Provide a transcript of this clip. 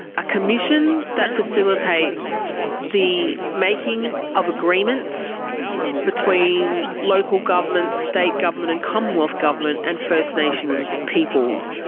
a commission that facilitates the making of agreements between local government, state government and commonwealth government and first nations people.